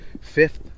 fifth